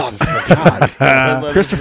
Christopher